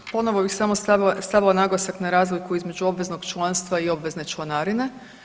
Ponovo bih samo stavila naglasak na razliku između obveznog članstva i obvezne članarine.